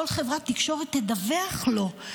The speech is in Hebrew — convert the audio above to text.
כל חברת תקשורת תדווח לו,